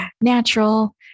natural